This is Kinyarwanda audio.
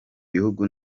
bihugu